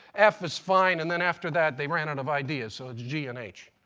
f is fine, and then after that they ran out of ideas so g and h.